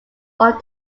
off